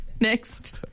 next